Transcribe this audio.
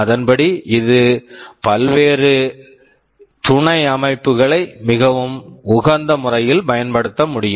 அதன்படி இது பல்வேறு துணை அமைப்புகளை மிகவும் உகந்த முறையில் செயல்படுத்த முடியும்